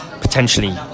potentially